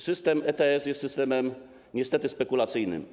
System ETS jest systemem niestety spekulacyjnym.